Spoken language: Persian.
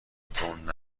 تند